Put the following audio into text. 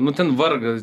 nu ten vargas